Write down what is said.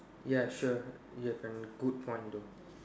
ya sure you have a good point though